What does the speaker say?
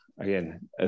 again